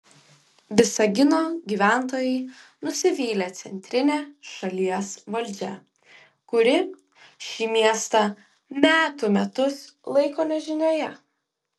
visagino gyventojai nusivylę centrine šalies valdžia kuri šį miestą metų metus laiko nežinioje